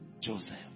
Joseph